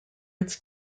its